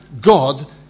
God